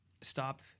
stop